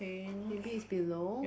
maybe it's below